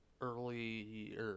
Early